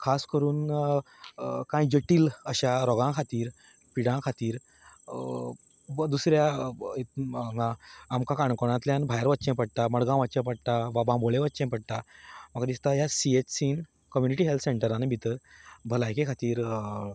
खास करून कांय जटील रोगां खातीर पिडां खातीर वा दुसऱ्या आमकां काणकोणांतल्यान बायर वचचें पडटा मडगांव वचचें पडटा वा बांबोळे वचचें पडटा म्हाका दिसता ह्या सी एच सींत कम्युनिटी हॅल्थ सॅंटरांनी भितर भलायके खातीर